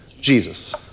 Jesus